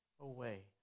away